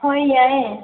ꯍꯣꯏ ꯌꯥꯏꯌꯦ